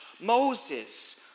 Moses